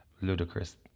ludicrous